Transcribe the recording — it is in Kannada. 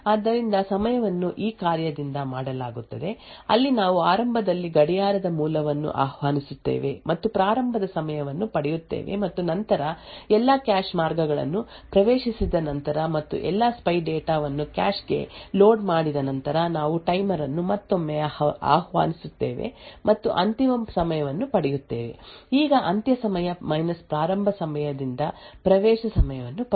ಆದ್ದರಿಂದ ಸಮಯವನ್ನು ಈ ಕಾರ್ಯದಿಂದ ಮಾಡಲಾಗುತ್ತದೆ ಅಲ್ಲಿ ನಾವು ಆರಂಭದಲ್ಲಿ ಗಡಿಯಾರದ ಮೂಲವನ್ನು ಆಹ್ವಾನಿಸುತ್ತೇವೆ ಮತ್ತು ಪ್ರಾರಂಭದ ಸಮಯವನ್ನು ಪಡೆಯುತ್ತೇವೆ ಮತ್ತು ನಂತರ ಎಲ್ಲಾ ಕ್ಯಾಶ್ ಮಾರ್ಗಗಳನ್ನು ಪ್ರವೇಶಿಸಿದ ನಂತರ ಮತ್ತು ಎಲ್ಲಾ ಸ್ಪೈ ಡೇಟಾ ವನ್ನು ಕ್ಯಾಶ್ ಗೆ ಲೋಡ್ ಮಾಡಿದ ನಂತರ ನಾವು ಟೈಮರ್ ಅನ್ನು ಮತ್ತೊಮ್ಮೆ ಆಹ್ವಾನಿಸುತ್ತೇವೆ ಮತ್ತು ಅಂತಿಮ ಸಮಯವನ್ನು ಪಡೆಯುತ್ತೇವೆ ಈಗ ಅಂತ್ಯ ಸಮಯ ಪ್ರಾರಂಭ ಸಮಯದಿಂದ ಪ್ರವೇಶ ಸಮಯವನ್ನು ಪಡೆಯುತ್ತೇವೆ